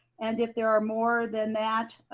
and if there are more than that,